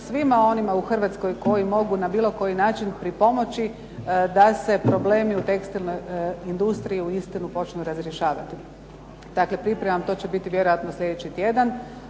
svima onima u Hrvatskoj koji mogu na bilo koji način pripomoći da se problemi u tekstilnoj industriji uistinu počnu razrješavati. Dakle, pripremam, to će biti vjerojatno sljedeći tjedan.